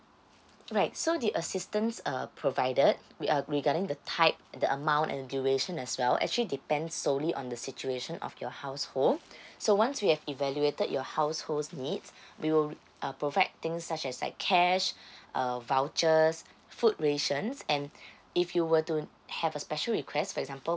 right so the assistance err provided we uh regarding the type the amount and duration as well actually depends solely on the situation of your household so once we have evaluated your household's needs we will uh provide things such as like cash err vouchers food rations and if you were to have a special request for example